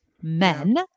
men